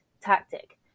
tactic